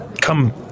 Come